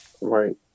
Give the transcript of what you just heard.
Right